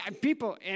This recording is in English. People